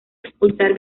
expulsar